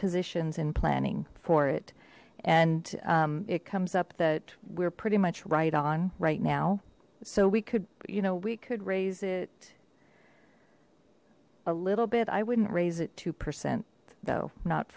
positions in planning for it and it comes up that we're pretty much right on right now so we could you know we could raise it a little bit i wouldn't raise it two percent though not